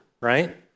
right